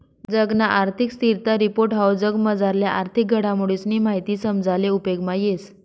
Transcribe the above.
जगना आर्थिक स्थिरता रिपोर्ट हाऊ जगमझारल्या आर्थिक घडामोडीसनी माहिती समजाले उपेगमा येस